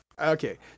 Okay